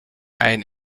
ein